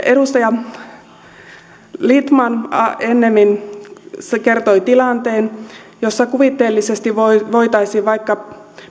edustaja lindtman ennemmin tässä kertoi tilanteen jossa kuvitteellisesti vaikka